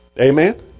Amen